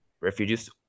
refugees